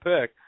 pick